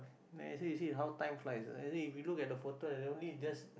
then you see you see how time flies and then if you look at the photo like only just